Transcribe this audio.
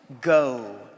go